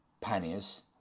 panniers